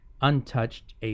untouched